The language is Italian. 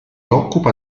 occupa